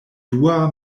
dua